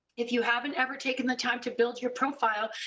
if you haven't ever taken the time to build your profile,